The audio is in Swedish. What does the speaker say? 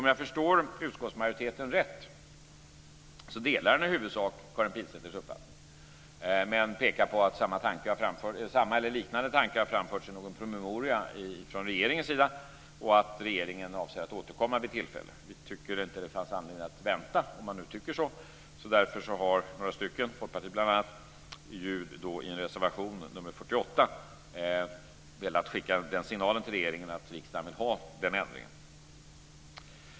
Om jag förstår utskottsmajoriteten rätt delar den i huvudsak Karin Pilsäters uppfattning. Man pekar dock på att samma eller liknande tanke har framförts i någon promemoria från regeringens sida och att regeringen avser att återkomma vid tillfälle. Vi tycker inte att det finns anledning att vänta om man nu tycker så, och därför har några partier, bl.a. Folkpartiet, i reservation 48 velat skicka signalen till regeringen att riksdagen vill ha denna ändring.